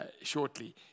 shortly